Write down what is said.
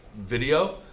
video